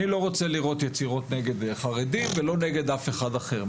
אני לא רוצה לראות יצירות נגד חרדים ולא נגד אף אחד אחר,